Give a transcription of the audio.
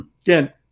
Again